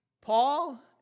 Paul